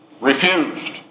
Refused